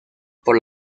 por